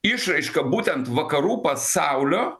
išraiška būtent vakarų pasaulio